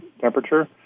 temperature